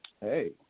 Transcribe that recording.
hey